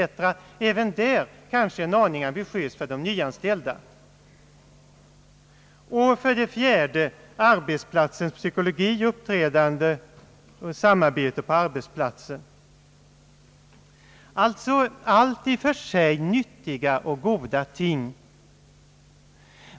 även den avdelningen är kanske en aning för ambitiös för de nyanställda. I fjärde avdelningen behandlas arbetsplatsens psykologi, uppträdande, samarbete på arbetsplatsen. Allt detta är i och för sig nyttiga och goda ting.